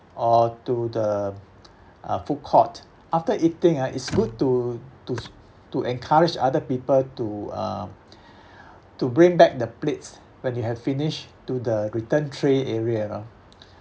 or to the uh food court after eating ah it's good to to to encourage other people to uh to bring back the plates when you have finished to the return tray area